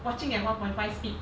watching at one point five speed